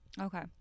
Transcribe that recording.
Okay